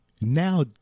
now